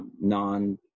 non